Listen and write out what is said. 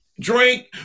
drink